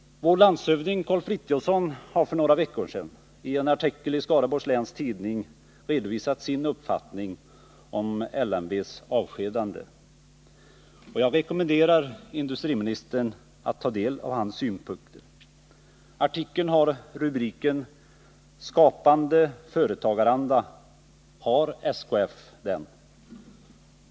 Vår landshövding Karl Frithiofson har för några veckor sedan i en artikel i Skaraborgs Läns Tidning redovisat sin uppfattning om LMV:s avskedanden. Jag rekommenderar industriministern att ta del av hans synpunkter. Artikeln har rubriken: Skapande företagaranda — har SKF den?